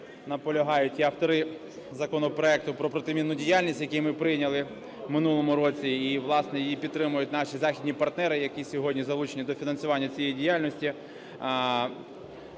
наполягають і автори законопроекту про протимінну діяльність, який ми прийняли в минулому році, і, власне, її підтримують наші західні партнери, які сьогодні залучені до фінансування цієї діяльності.